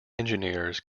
engineers